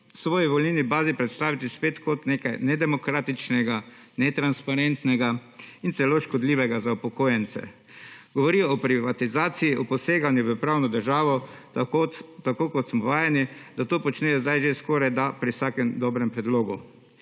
svoji volilni bazi predstaviti spet kot nekaj nedemokratičnega, netransparentnega in celo škodljivega za upokojence. Govori o privatizaciji, o poseganje v pravno državo tako kot smo vajeni, da to počnejo zdaj že skorajda pri vsakem dobrem predlogu.